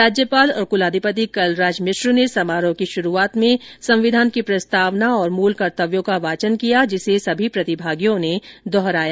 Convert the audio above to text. राज्यपाल और कुलाधिपति कलराज मिश्र ने शुरूआत में संविधान की प्रस्तावना और मूल कर्तव्यों का वाचन किया जिसे सभी प्रतिभागियों ने दोहराया